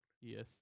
Yes